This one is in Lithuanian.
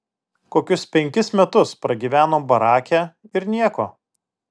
kokius penkis metus pragyvenom barake ir nieko